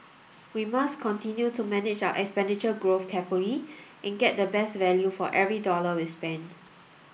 we must continue to manage our expenditure growth carefully and get the best value for every dollar we spend